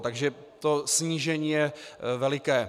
Takže to snížení je veliké.